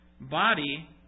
body